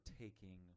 taking